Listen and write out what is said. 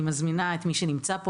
אני מזמינה את מי שנמצא כאן,